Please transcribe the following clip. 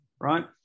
right